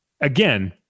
again